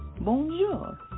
Bonjour